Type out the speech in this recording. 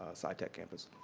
ah side tech campus.